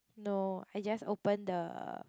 no I just open the